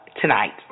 tonight